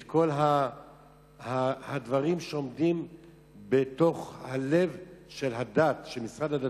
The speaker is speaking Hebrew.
את כל הדברים שעומדים בלב של הדת, של משרד הדתות,